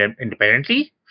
independently